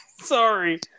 Sorry